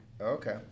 Okay